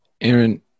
Aaron